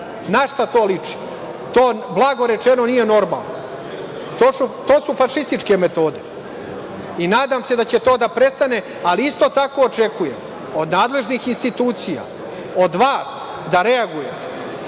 Na šta to liči? To, blago rečeno, nije normalno. To su fašističke metode. Nadam se da će to da prestane, ali isto tako očekujem od nadležnih institucija, od vas da reagujete,